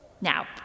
Now